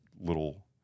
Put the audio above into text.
little